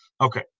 Okay